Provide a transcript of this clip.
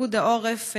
פיקוד העורף,